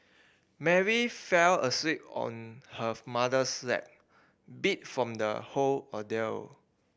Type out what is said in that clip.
Mary fell asleep on her mother's lap beat from the whole ordeal